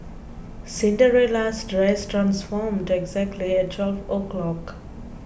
Cinderella's dress transformed exactly at twelve o' clock